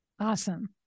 Awesome